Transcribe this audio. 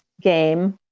game